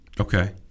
Okay